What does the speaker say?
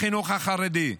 לחינוך החרדי.